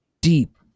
deep